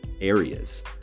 areas